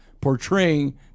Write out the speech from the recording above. portraying